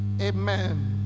Amen